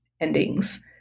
endings